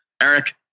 Eric